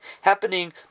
happening